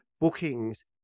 bookings